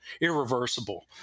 irreversible